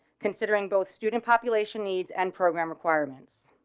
considering both student population needs and program requirements.